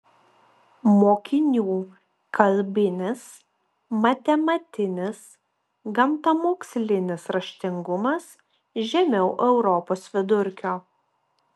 mokinių kalbinis matematinis gamtamokslinis raštingumas žemiau europos vidurkio